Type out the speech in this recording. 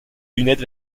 lunette